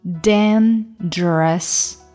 Dangerous